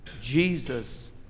Jesus